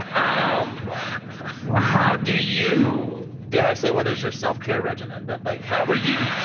um um how do you dare i say what is your self-care regimen? but, like, how are you yeah